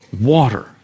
water